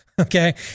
okay